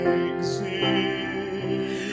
exist